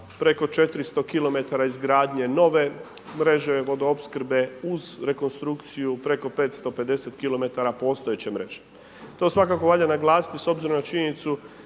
preko 400 km izgradnje nove mreže vodoopskrbe, uz rekonstrukciju preko 550 km postojeće mreže. To svakako valja naglasiti s obzirom na činjenicu